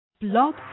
Blog